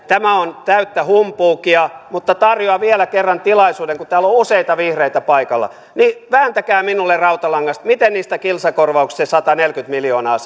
tämä on täyttä humpuukia mutta tarjoan vielä kerran tilaisuuden kun täällä on useita vihreitä paikalla vääntäkää minulle rautalangasta miten niistä kilsakorvauksista se sataneljäkymmentä miljoonaa